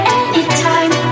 anytime